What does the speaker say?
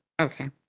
Okay